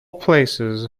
places